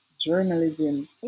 journalism